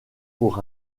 pour